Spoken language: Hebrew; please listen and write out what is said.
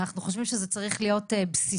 אנחנו חושבים שזה צריך להיות בסיסי.